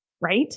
right